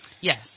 Yes